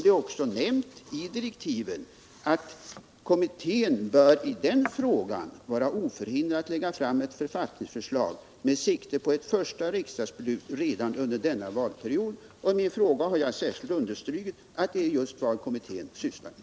Det är också nämnt i direktiven att kommittén i den frågan bör vara oförhindrad att lägga fram ett författningsförslag med sikte på ett första riksdagsbeslut redan under denna valperiod. I mitt svar har jag särskilt understrukit att detta är just vad kommittén sysslar med.